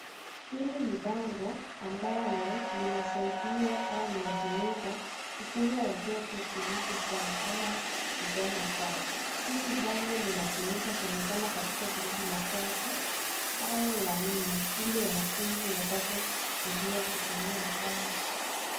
Hili ni bango ambalo linasaidia au linatumika kufunza watoto kuhusu saa ama kusoma saa. Hili bango linatumika sana sana katika gredi la tatu au la nne ili wanafunzi wapate kujua kutumia saa.